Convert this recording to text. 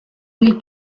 mil